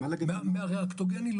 לא.